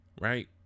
right